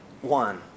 one